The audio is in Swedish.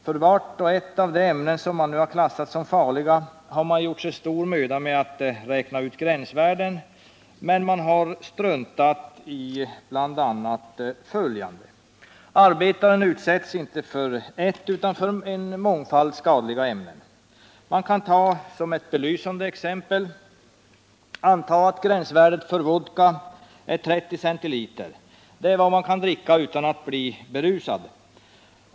För vart och ett av de ämnen som man nu har klassificerat som farligt har man gjort sig stor möda med att räkna ut gränsvärdet, men man har struntat i bl.a. följande. Arbetaren utsätts inte för ett utan för en mångfald skadliga ämnen. Man kan ta ett belysande exempel. Antag att gränsvärdet för vodka är 30 cl. Det är vad man kan dricka utan att bli berusad.